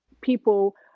people